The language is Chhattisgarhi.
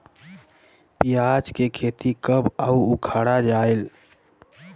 पियाज के खेती कब अउ उखाड़ा जायेल?